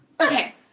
Okay